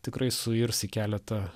tikrai suirs į keletą